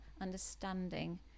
understanding